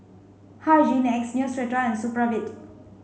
Hygin X Neostrata and Supravit